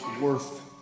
worth